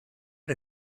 did